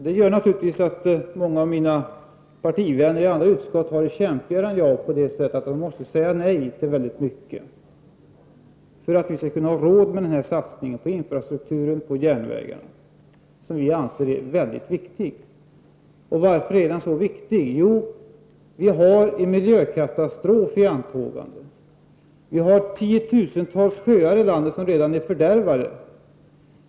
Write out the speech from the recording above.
Det gör naturligtvis att många av mina partivänner i andra utskott har det kämpigare än jag, då de måste säga nej till mycket för att vi skall ha råd med satsningen på infrastruktur och på järnvägar, som vi anser är mycket viktiga. Varför är den satsningen så viktig? Jo, en miljökatastrof är i antågande. Tiotusentals sjöar i landet är redan fördärvade.